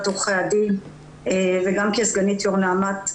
עורכי הדין וגם כסגנית יו"ר נעמ"ת,